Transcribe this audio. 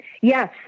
Yes